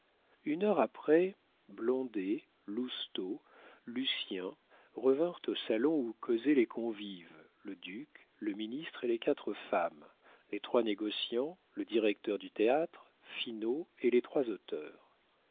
une heure après blondet lousteau lucien revinrent au salon où causaient les convives le duc le ministre et les quatre femmes les trois négociants le directeur du théâtre finot et les trois auteurs